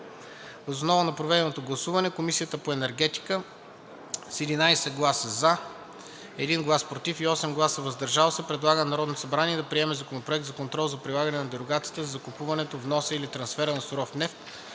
Въз основа на проведеното гласуване, Комисията по енергетика, с 11 гласа „за“, 1 глас „против“ и 8 гласа „въздържал се“, предлага на Народното събрание да приеме Законопроект за контрол за прилагане на дерогацията за закупуването, вноса или трансфера на суров нефт,